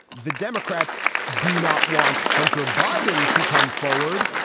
the democrats do not want hunter biden to come forward.